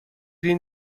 این